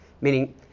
meaning